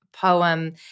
poem